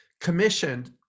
commissioned